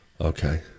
okay